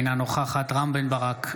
אינה נוכחת רם בן ברק,